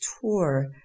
tour